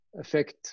affect